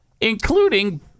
Including